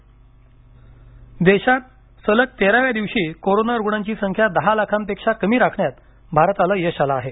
Covid आकडेवारी देशात सलग तेराव्या दिवशी कोरोना रुग्णांची संख्या दहा लाखांपेक्षा कमी राखण्यात भारताला यश आलं आहे